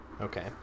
okay